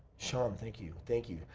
sean, um thank you. thank you.